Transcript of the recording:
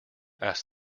asked